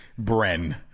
Bren